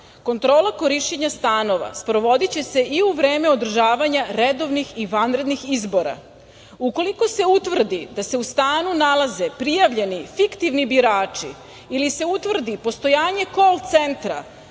Kontrola korišćenja stanova sprovodiće se i u vreme održavanja redovnih i vanrednih izbora. Ukoliko se utvrdi da se u stanu nalaze prijavljeni fiktivni birači ili se utvrdi postojanje kol centra